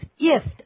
gift